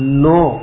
no